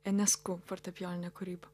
enesku fortepijoninė kūryba